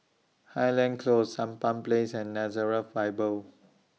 Highland Close Sampan Place and Nazareth Bible